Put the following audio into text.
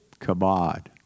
kabod